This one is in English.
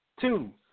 two